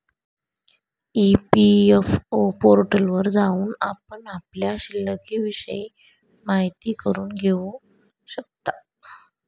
EPFO पोर्टलवर जाऊन आपण आपल्या शिल्लिकविषयी माहिती करून घेऊ शकता